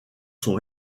sont